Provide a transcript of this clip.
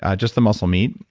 ah just the muscle meat.